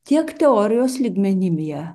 tiek teorijos lygmenyje